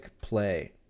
play